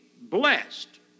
blessed